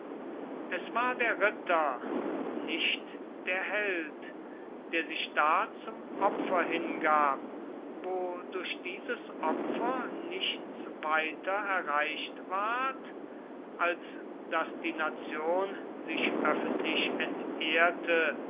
es war der ritter nicht der held der sich da zum opfer hingab wo durch dieses opfer nichts weiter erreicht ward als daß die nation sich öffentlich entehrte